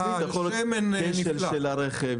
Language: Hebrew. יכול להיות כשל של הרכב,